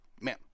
Man